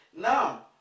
Now